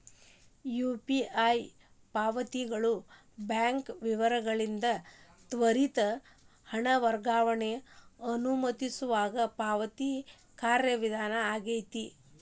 UPI ಪಾವತಿಗಳು bank ವಿವರಗಳಿಲ್ಲದ ತ್ವರಿತ ಹಣ ವರ್ಗಾವಣೆಗ ಅನುಮತಿಸುವ ಪಾವತಿ ಕಾರ್ಯವಿಧಾನ ಆಗೆತಿ